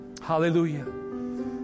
Hallelujah